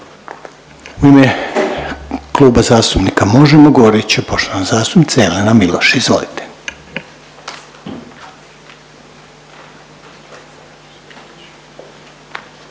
U ime Kluba zastupnika Možemo završno će govoriti poštovana zastupnica Jelena Miloš. Izvolite.